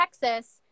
Texas